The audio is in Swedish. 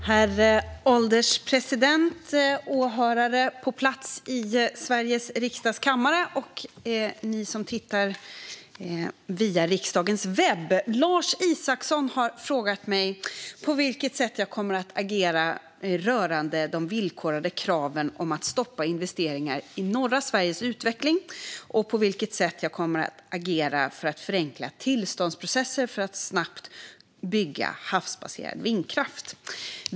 Herr ålderspresident, åhörare på plats i Sveriges riksdags kammare och ni som tittar via riksdagens webbplats! Lars Isacsson har frågat mig på vilket sätt jag kommer att agera rörande de villkorade kraven om att stoppa investeringar i norra Sveriges utveckling och på vilket sätt jag kommer att agera för att förenkla tillståndsprocessen så att man snabbt kan bygga havsbaserad vindkraft.